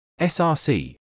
src